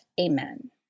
Amen